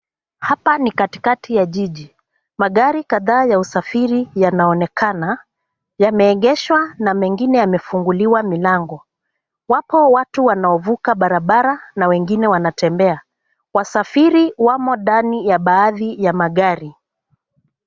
Hapa ni katikati ya jiji. Magari kadhaa ya usafiri yanaonekana yameegeshwa na mengine yamefunguliwa milango. Wapo watu wanaovuka barabara na wengine wanatembea. Wasafiri wamo ndani ya baadhi ya magari.